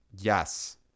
Yes